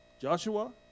Joshua